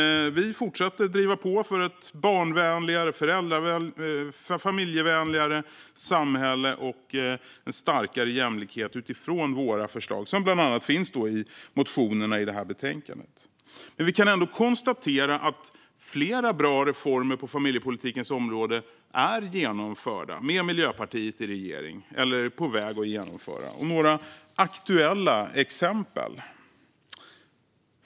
Vi fortsätter driva på för ett barnvänligare och familjevänligare samhälle och en starkare jämlikhet utifrån våra förslag, som bland annat finns i de motioner som behandlas i detta betänkande. Men vi kan ändå konstatera att flera bra reformer på familjepolitikens område är genomförda eller på väg att genomföras med Miljöpartiet i regering. Jag ska ta upp några aktuella exempel.